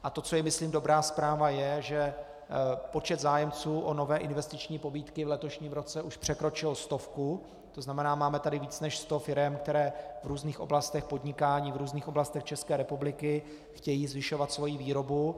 A co je myslím dobrá zpráva, je, že počet zájemců o nové investiční pobídky v letošním roce už překročil stovku, tzn. máme tady více než sto firem, které v různých oblastech podnikání v různých oblastech České republiky chtějí zvyšovat svoji výrobu.